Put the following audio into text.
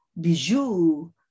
bijou